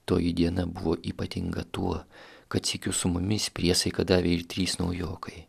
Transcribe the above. toji diena buvo ypatinga tuo kad sykiu su mumis priesaiką davė ir trys naujokai